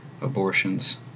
abortions